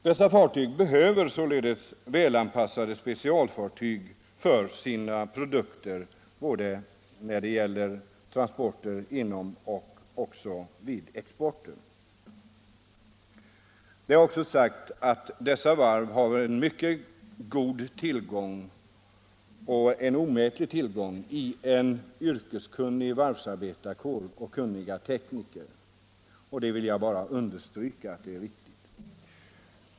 Dessa företag behöver således välanpassade specialfartyg för sina produkter både när det gäller transporter inom landet och när det gäller export. Det har framhållits att dessa varv också har en mycket god, ja en ovärderlig tillgång i en yrkesskicklig varvsarbetarkår och kunniga tekniker. Jag vill bara understryka att detta är riktigt.